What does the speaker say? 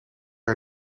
hij